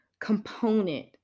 component